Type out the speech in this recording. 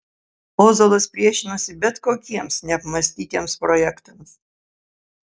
ozolas priešinosi bet kokiems neapmąstytiems projektams